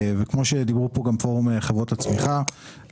כמו שדיברו כאן פורום חברות הצמיחה,